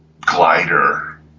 glider